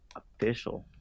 official